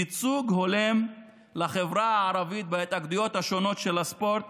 ייצוג הולם לחברה הערבית בהתאגדויות השונות של הספורט